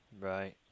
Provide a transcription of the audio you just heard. Right